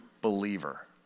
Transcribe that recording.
believer